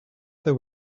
there